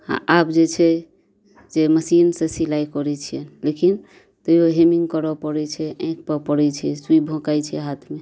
हँ आब जे छै से मशीन से सिलाइ करै छियनि लेकिन तैयो हेमिंग करऽ पड़ै छै आँखि पर पड़ै छै सुइ भोकाइ छै हाथ शमे